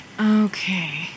Okay